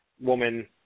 woman